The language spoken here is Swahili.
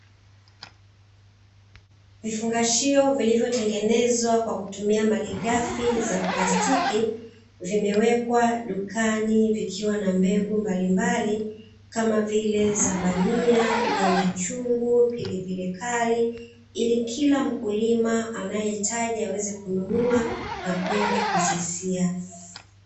Vifungashio vilivyotengenezwa kwa kutumia malighafi ya plastiki; vimewekwa dukani vikiwa na mbegu mbalimbali, kama vile: za bamia, nyanya chungu, pilipili kali, ili kila mkulima anayehitaji aweze kununua na kwenda kuzisia.